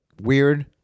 Weird